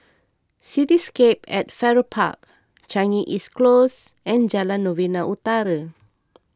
Cityscape at Farrer Park Changi East Close and Jalan Novena Utara